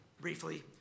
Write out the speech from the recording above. briefly